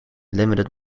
limited